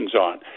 on